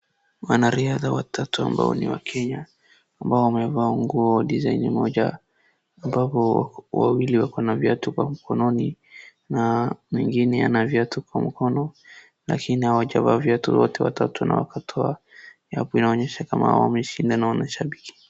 Wanariadha watatu ambao ni wa kenya ambapo wamevaa nguo design moja ambapo wawili wako na viatu kwa mkononi na mwingine hana viatu kwa mkono lakini hawajavaa viatu wote watatu na wakatoa. Hii apa Inaonyesha ni kama wameshinda na wanashabiki.